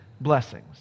blessings